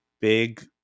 big